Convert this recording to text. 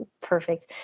perfect